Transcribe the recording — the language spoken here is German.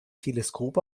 teleskop